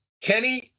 Kenny